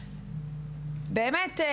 באמת,